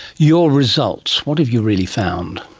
your results, what have you really found?